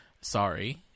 sorry